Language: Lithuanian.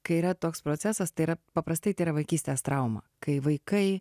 kai yra toks procesas tai yra paprastai tai yra vaikystės trauma kai vaikai